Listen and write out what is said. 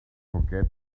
forget